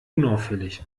unauffällig